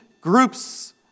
groups